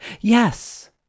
Yes